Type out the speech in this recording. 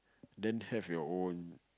then have your own